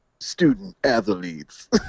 Student-athletes